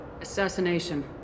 Assassination